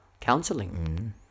counseling